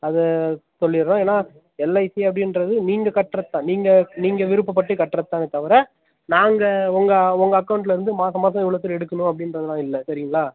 அதை சொல்லிடுறேன் ஏன்னால் எல்ஐசி அப்படிங்றது நீங்கள் கட்டுறது தான் நீங்கள் நீங்கள் விருப்பப்பட்டு கட்டுறது தானே தவிர நாங்கள் உங்கள் உங்கள் அகௌண்ட்டில் இருந்து மாதம் மாதம் இவ்வளோது எடுக்கணும் அப்படின்றதுலாம் இல்லை சரிங்களா